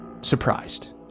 surprised